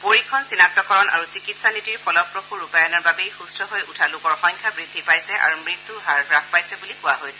পৰীক্ষণ চিনাক্তকৰণ আৰু চিকিৎসা নীতি ফলপ্ৰসূ ৰূপায়ণৰ বাবে সুম্থ হৈ উঠা লোকৰ সংখ্যা বৃদ্ধি পাইছে আৰু মৃত্যুৰ হাৰ হ্ৰাস পাইছে বুলি কোৱা হৈছে